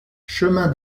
chemin